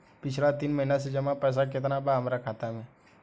पिछला तीन महीना के जमा पैसा केतना बा हमरा खाता मे?